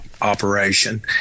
operation